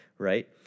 Right